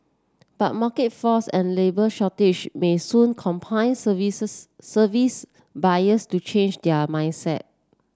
but market forces and labour shortage may soon compel services service buyers to change their mindset